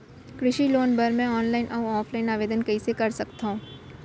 कृषि लोन बर मैं ऑनलाइन अऊ ऑफलाइन आवेदन कइसे कर सकथव?